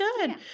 good